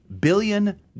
billion